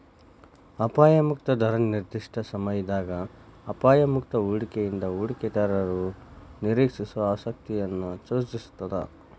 ಅಪಾಯ ಮುಕ್ತ ದರ ನಿರ್ದಿಷ್ಟ ಸಮಯದಾಗ ಅಪಾಯ ಮುಕ್ತ ಹೂಡಿಕೆಯಿಂದ ಹೂಡಿಕೆದಾರರು ನಿರೇಕ್ಷಿಸೋ ಆಸಕ್ತಿಯನ್ನ ಸೂಚಿಸ್ತಾದ